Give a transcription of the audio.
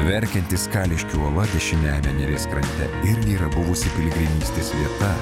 verkianti skališkių uola dešiniajame neries krante irgi yra buvusi piligrimystės vieta